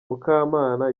mukamana